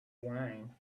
wine